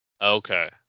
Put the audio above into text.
Okay